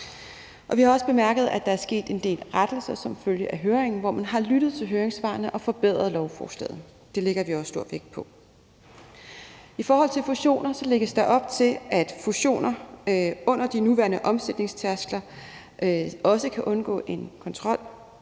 vi har også bemærket, at der er sket en del rettelser som følge af høringen, hvor man har lyttet til høringssvarene og forbedret lovforslaget. Det lægger vi også stor vægt på. I forhold til fusioner lægges der op til, at fusioner under de nuværende omsætningstærskler også kan undergå en kontrol,